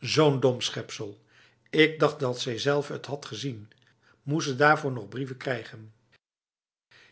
zo'n dom schepsel ik dacht dat zijzelve het had gezien moest ze daarvoor nog brieven krijgen